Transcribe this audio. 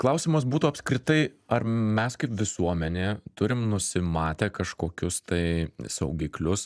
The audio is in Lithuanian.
klausimas būtų apskritai ar mes kaip visuomenė turim nusimatę kažkokius tai saugiklius